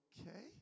okay